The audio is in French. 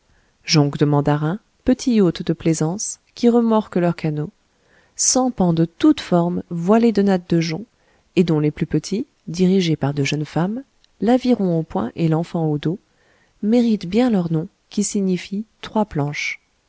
jonques de mandarins petits yachts de plaisance qui remorquent leurs canots sampans de toutes formes voilés de nattes de jonc et dont les plus petits dirigés par de jeunes femmes l'aviron au poing et l'enfant au dos méritent bien leur nom qui signifie trois planches